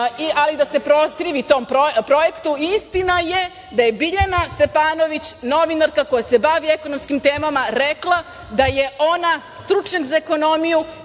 ali da se protivi tom projektu. Istina je da je Biljana Stepanović novinarka koja se bavi ekonomskim temama rekla da je ona stručnjak za ekonomiju